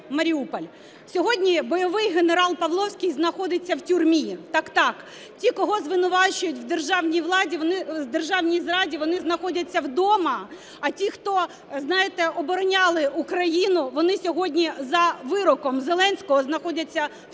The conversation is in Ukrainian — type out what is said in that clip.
Маріуполь. Сьогодні бойовий генерал Павловський знаходиться в тюрмі. Так, так, ті, кого звинувачують в державній зраді, вони знаходяться вдома, а ті, хто, знаєте, обороняли Україну, вони сьогодні за вироком Зеленського знаходяться в тюрмі.